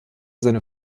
seine